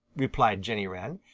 replied jenny wren.